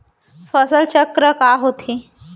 फसल चक्र का होथे?